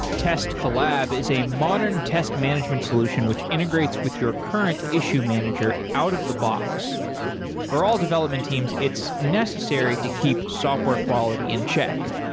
test collab is a modern test management solution which integrates with your current issue manager out-of-the-box. for all development teams, it's necessary to keep software quality in check,